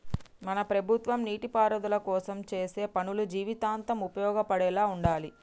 మన ప్రభుత్వం నీటిపారుదల కోసం చేసే పనులు జీవితాంతం ఉపయోగపడేలా ఉండాలి